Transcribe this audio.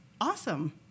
Awesome